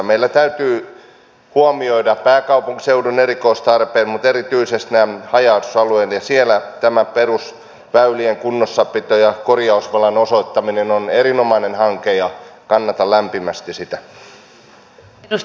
meillä täytyy huomioida pääkaupunkiseudun erikoistarpeet mutta erityisesti nämä haja asutusalueet ja siellä tämä perusväylien kunnossapito ja korjausvelan osoittaminen on erinomainen hanke ja kannatan lämpimästi sitä